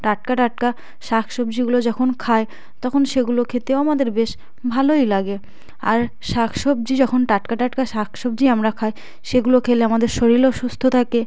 টাটকা টাটকা শাক সবজিগুলো যখন খাই তখন সেগুলো খেতেও আমাদের বেশ ভালোই লাগে আর শাক সবজি যখন টাটকা টাটকা শাক সবজি আমরা খাই সেগুলো খেলে আমাদের শরীরও সুস্থ থাকে